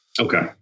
Okay